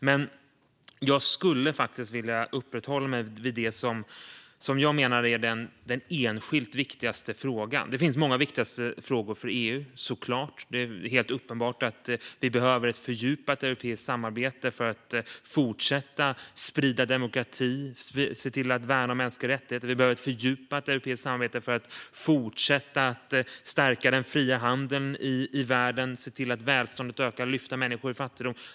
Men jag skulle faktiskt vilja uppehålla mig vid det som jag menar är den enskilt viktigaste frågan, även om det såklart finns många viktiga frågor för EU. Det är helt uppenbart att vi behöver ett fördjupat europeiskt samarbete för att fortsätta sprida demokrati och se till att värna mänskliga rättigheter. Vi behöver ett fördjupat europeiskt samarbete för att fortsätta att stärka den fria handeln i världen och se till att välståndet ökar och lyfta människor ur fattigdom.